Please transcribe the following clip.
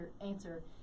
answer